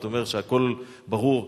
אתה אומר שהכול ברור,